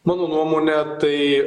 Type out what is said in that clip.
mano nuomone tai